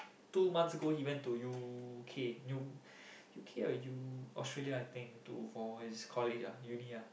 two months ago he went to U_K you know U_K or U Australia I think to for his college ah uni ah